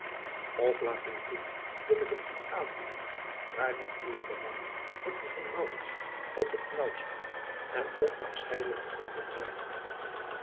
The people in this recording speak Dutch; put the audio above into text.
of laat mij toe dat ik het u aanbiede daar nu uwe belangen met die van op het naauwste en onasscheidelijk verbonden zijn